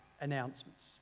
announcements